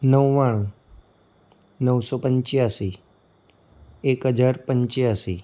નવ્વાણું નવસો પંચ્યાશી એક હજાર પંચ્યાશી